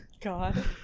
God